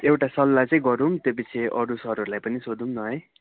एउटा सल्लाह चाहिँ गरौँ त्योपछि अरू सरहरूलाई पनि सोधौँ न है